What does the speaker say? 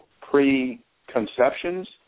preconceptions